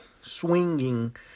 Swinging